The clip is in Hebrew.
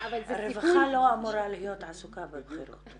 --- הרווחה לא אמורה להיות עסוקה בבחירות.